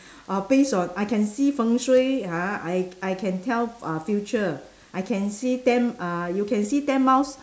uh based on I can see fengshui ha I I can tell uh future I can see ten uh you can see ten months